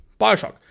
Bioshock